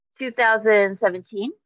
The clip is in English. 2017